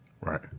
Right